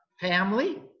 family